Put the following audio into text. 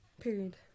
Period